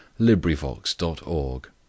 LibriVox.org